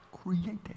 created